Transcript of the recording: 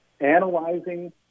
Analyzing